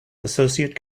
associate